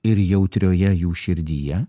ir jautrioje jų širdyje